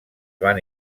van